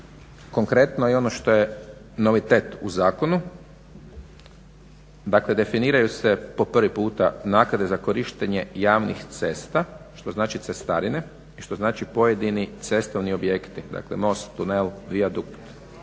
Konkretno i ono što je novitet u zakonu dakle definiraju se po prvi puta naknade za korištenje javnih cesta što znači cestarine i što znači pojedini cestovni objekti dakle most, tunel, vijadukt